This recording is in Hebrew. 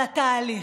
על התהליך.